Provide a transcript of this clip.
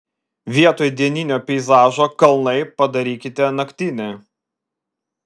vietoj dieninio peizažo kalnai padarykite naktinį